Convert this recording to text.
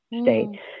state